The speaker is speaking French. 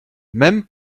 même